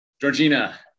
Georgina